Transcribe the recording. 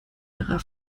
ihrer